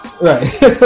Right